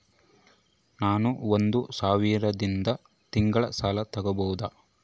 ನಾನು ಒಂದು ಸಾವಿರದಿಂದ ತಿಂಗಳ ಸಾಲ ತಗಬಹುದಾ?